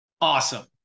awesome